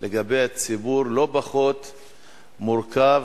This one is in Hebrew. לגבי ציבור לא פחות מורכב,